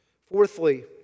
Fourthly